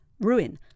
ruin